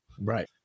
Right